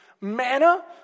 Manna